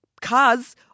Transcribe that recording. cars